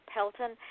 Pelton